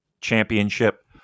championship